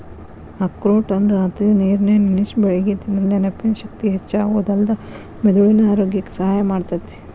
ಅಖ್ರೋಟನ್ನ ರಾತ್ರಿ ನೇರನ್ಯಾಗ ನೆನಸಿ ಬೆಳಿಗ್ಗೆ ತಿಂದ್ರ ನೆನಪಿನ ಶಕ್ತಿ ಹೆಚ್ಚಾಗೋದಲ್ದ ಮೆದುಳಿನ ಆರೋಗ್ಯಕ್ಕ ಸಹಾಯ ಮಾಡ್ತೇತಿ